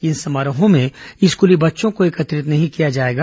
इन समारोहों में स्कूली बच्चों को एकत्रित नहीं किया जाएगा